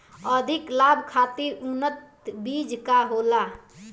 अधिक लाभ खातिर उन्नत बीज का होखे?